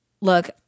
look